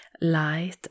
light